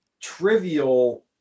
trivial